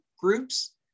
groups